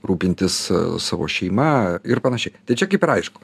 rūpintis savo šeima ir panašiai tai čia kaip ir aišku